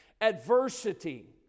adversity